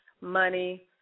money